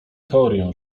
teorię